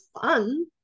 fun